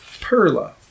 Perla